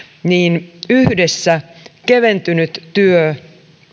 niin yhdessä keventynyt työ